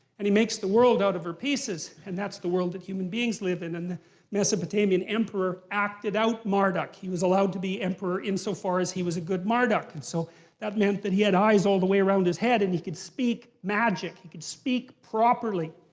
and he makes the world out of her pieces, and that's the world that human beings live in. and the mesopotamian emperor acted out marduk. he was allowed to be emperor insofar as he was a good marduk. and so that meant that he had eyes all the way around his head, and he could speak magic. he could speak properly.